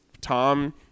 Tom